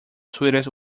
sweetest